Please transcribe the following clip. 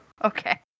Okay